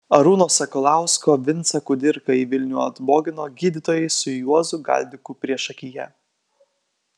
arūno sakalausko vincą kudirką į vilnių atbogino gydytojai su juozu galdiku priešakyje